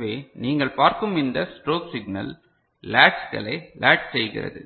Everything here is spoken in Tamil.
எனவே நீங்கள் பார்க்கும் இந்த ஸ்ட்ரோப் சிக்னல் லேட்ச்களை லேட்ச் செய்கிறது